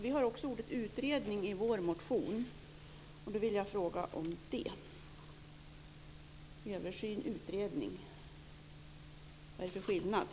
Vi använder ordet utredning i vår motion. Översyn eller utredning - vad är skillnaden?